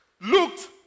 looked